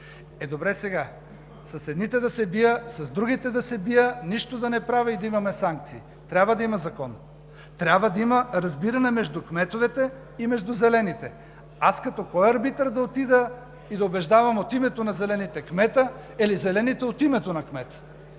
Е, добре сега, с едните да се бия, с другите да се бия, нищо да не правя и да имаме санкции?! Трябва да има закон. Трябва да има разбиране между кметовете и Зелените. Аз като кой арбитър да отида и да убеждавам от името на Зелените кмета или Зелените от името на кмета?!